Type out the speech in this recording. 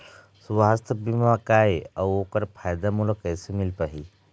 सुवास्थ बीमा का ए अउ ओकर फायदा मोला कैसे मिल पाही?